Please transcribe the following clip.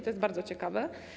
To jest bardzo ciekawe.